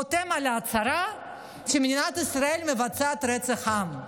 חותם על הצהרה שמדינת ישראל מבצעת רצח עם,